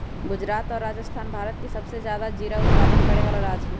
गुजरात और राजस्थान भारत के सबसे ज्यादा जीरा उत्पादन करे वाला राज्य हई